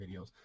videos